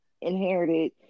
inherited